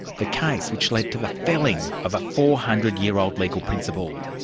the case which led to the felling of a four hundred year old legal principle.